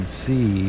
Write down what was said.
see